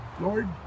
lord